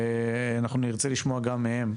ואנחנו נרצה לשמוע גם מהם,